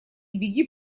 беги